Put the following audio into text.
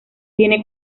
tiene